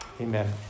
amen